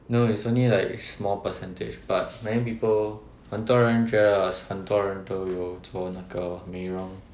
no it's only like small percentage but many people 很多人觉得很多人都有做那个美容